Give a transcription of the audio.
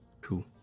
Cool